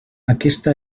aquesta